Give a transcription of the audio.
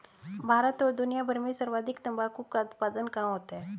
भारत और दुनिया भर में सर्वाधिक तंबाकू का उत्पादन कहां होता है?